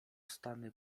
stany